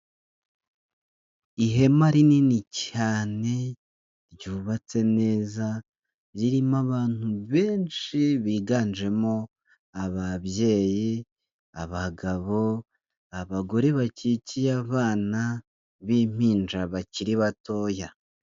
Ihema rinini cyane ryubatse neza ririmo abantu benshi biganjemo: ababyeyi, abagabo, abagore bakikiye abana b'impinja bakiri batoya.